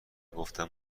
گفتم